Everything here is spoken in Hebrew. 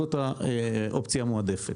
זאת האופציה המועדפת.